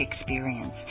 experience